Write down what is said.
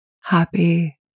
happy